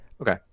Okay